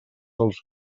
els